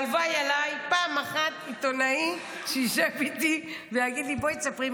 הלוואי עליי פעם אחת שעיתונאי ישב איתי ויגיד לי: בואי תספרי,